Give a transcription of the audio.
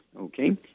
Okay